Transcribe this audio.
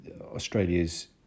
Australia's